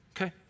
Okay